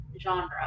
genre